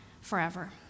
forever